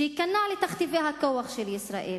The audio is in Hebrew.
שייכנע לתכתיבי הכוח של ישראל,